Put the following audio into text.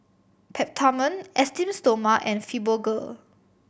Peptamen Esteem Stoma and Fibogel